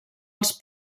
els